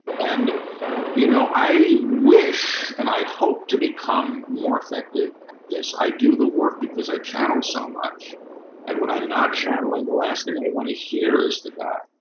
and you know, i wish and i hope to become more effective as i do the work because i channel so much and when i'm not channeling the last thing i want to hear as the guy.